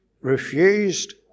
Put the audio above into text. refused